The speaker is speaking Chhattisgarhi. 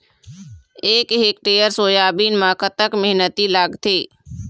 एक हेक्टेयर सोयाबीन म कतक मेहनती लागथे?